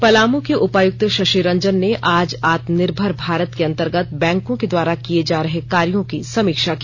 पलामू के उपायुक्त शशि रंजन ने आज आत्म निर्भर भारत के अंतर्गत बैंको के द्वारा किये जा रहे कार्यों की समीक्षा की